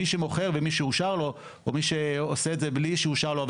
מי שמוכר או מי שאושר לו או מי שעושה את זה בלי שאושר לו,